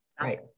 Right